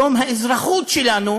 היום האזרחות שלנו